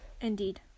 Indeed